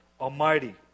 Almighty